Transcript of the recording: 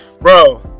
Bro